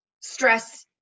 stress